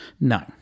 No